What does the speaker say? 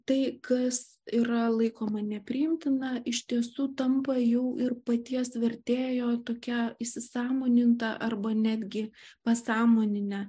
tai kas yra laikoma nepriimtina iš tiesų tampa jau ir paties vertėjo tokia įsisąmoninta arba netgi pasąmonine